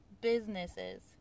businesses